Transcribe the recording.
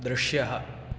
दृश्यः